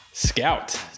Scout